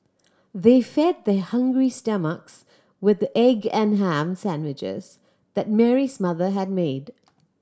they fed their hungry stomachs with the egg and ham sandwiches that Mary's mother had made